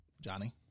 Johnny